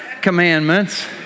commandments